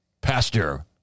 Pastor